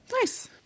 Nice